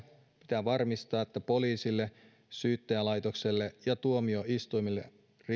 pitää varmistaa poliisille syyttäjälaitokselle ja tuomioistuimille